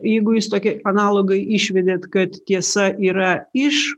jeigu jūs tokį analogą išvedėt kad tiesa yra iš